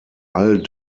all